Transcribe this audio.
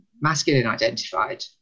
masculine-identified